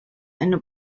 eine